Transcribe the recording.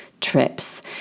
Trips